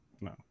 No